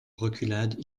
reculades